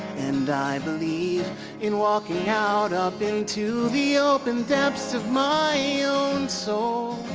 and i believe in looking out up into the open depths of my own soul